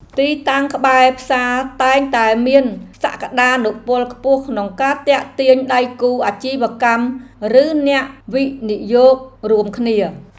ទីតាំងក្បែរផ្សារតែងតែមានសក្តានុពលខ្ពស់ក្នុងការទាក់ទាញដៃគូអាជីវកម្មឬអ្នកវិនិយោគរួមគ្នា។